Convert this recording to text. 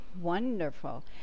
Wonderful